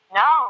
no